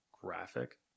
graphic